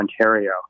Ontario